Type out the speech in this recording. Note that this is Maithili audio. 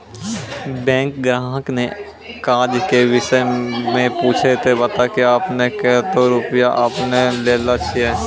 बैंक ग्राहक ने काज के विषय मे पुछे ते बता की आपने ने कतो रुपिया आपने ने लेने छिए?